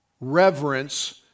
reverence